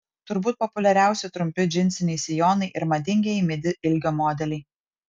turbūt populiariausi trumpi džinsiniai sijonai ir madingieji midi ilgio modeliai